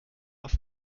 auf